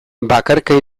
bakarka